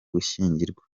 gushyingirwa